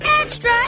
Extra